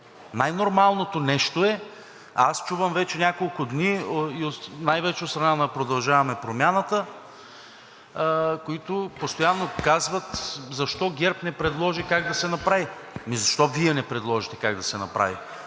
Най-нормалното нещо е, а аз вече няколко дни чувам, най-вече от страна на „Продължаваме Промяната“, които постоянно казват: „Защо ГЕРБ не предложи как да се направи?“ Ами защо Вие не предложите как да се направи?